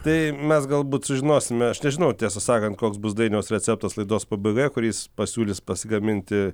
tai mes galbūt sužinosime aš nežinau tiesą sakant koks bus dainiaus receptas laidos pabaigoje kurį jis pasiūlys pasigaminti